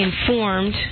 Informed